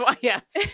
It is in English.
Yes